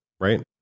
right